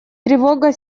тревога